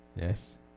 Yes